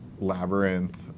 Labyrinth